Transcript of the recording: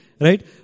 right